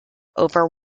over